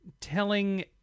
telling